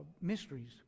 mysteries